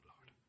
Lord